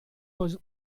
was